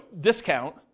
discount